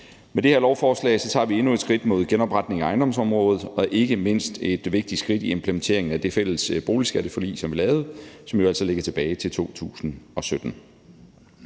Med det her lovforslag tager vi endnu et skridt mod genopretningen af ejendomsområdet og ikke mindst et vigtigt skridt i implementeringen af det fælles boligskatteforlig, som vi lavede, og som jo altså ligger tilbage til 2017.